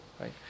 Right